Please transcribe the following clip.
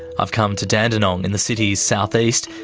i've come to dandenong in the city's south-east,